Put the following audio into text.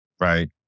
Right